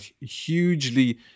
hugely